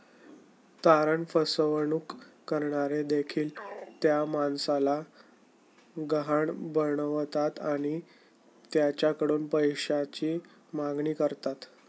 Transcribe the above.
तारण फसवणूक करणारे देखील त्या माणसाला गहाण बनवतात आणि त्याच्याकडून पैशाची मागणी करतात